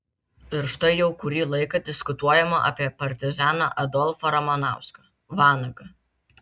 ir štai jau kurį laiką diskutuojama apie partizaną adolfą ramanauską vanagą